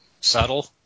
Subtle